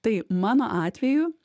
tai mano atveju